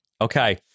Okay